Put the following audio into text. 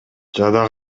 жада